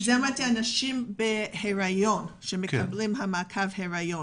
זה לגבי נשים בהיריון שמקבלות מעקב היריון,